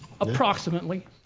approximately